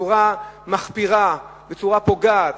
בצורה מחפירה, בצורה פוגעת.